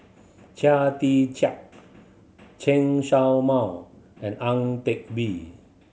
Chia Tee Chiak Chen Show Mao and Ang Teck Bee